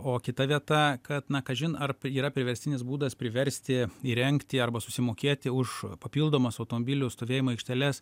o kita vieta kad na kažin ar yra priverstinis būdas priversti įrengti arba susimokėti už papildomas automobilių stovėjimo aikšteles